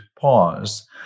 pause